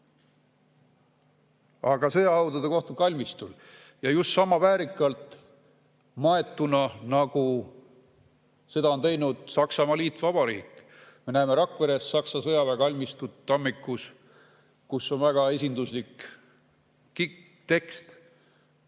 Aga sõjahaudade koht on kalmistul. Ja just sama väärikalt maetuna, nagu seda on teinud Saksamaa Liitvabariik. Me näeme Rakveres Saksa sõjaväekalmistut tammikus, kus on väga esinduslik tekst